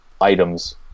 items